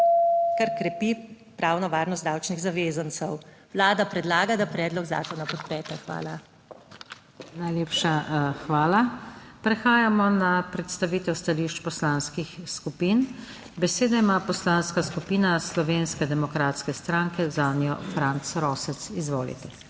kar krepi pravno varnost davčnih zavezancev. Vlada predlaga, da predlog zakona podprete. Hvala. **PODPREDSEDNICA NATAŠA SUKIČ:** Najlepša hvala. Prehajamo na predstavitev stališč poslanskih skupin. Besedo ima Poslanska skupina Slovenske demokratske stranke, zanjo Franc Rosec, izvolite.